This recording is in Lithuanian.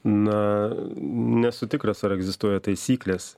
na nesu tikras ar egzistuoja taisyklės